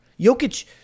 Jokic